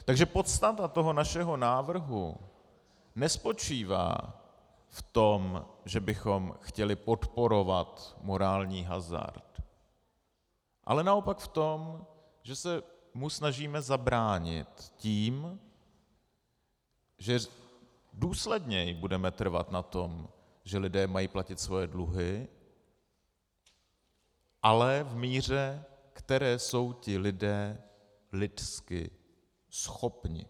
Takže podstata toho našeho návrhu nespočívá v tom, že bychom chtěli podporovat morální hazard, ale naopak v tom, že se mu snažíme zabránit tím, že důsledněji budeme trvat na tom, že lidé mají platit svoje dluhy, ale v míře, které jsou ti lidé lidsky schopni.